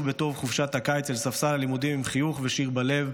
בתום חופשת הקיץ אל ספסל הלימודים עם חיוך ושיר בלב,